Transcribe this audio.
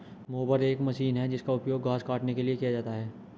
mower एक मशीन है जिसका उपयोग घास काटने के लिए किया जाता है